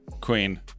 queen